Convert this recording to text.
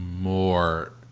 more